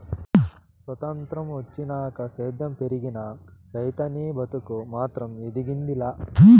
సొత్రంతం వచ్చినాక సేద్యం పెరిగినా, రైతనీ బతుకు మాత్రం ఎదిగింది లా